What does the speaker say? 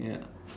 ya